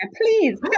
please